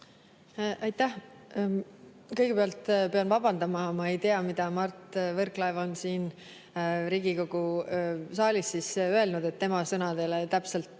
Aitäh! Kõigepealt pean vabandama, ma ei tea, mida Mart Võrklaev on siin Riigikogu saalis öelnud, et ma tema sõnadele täpselt